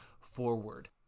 forward